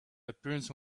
appearance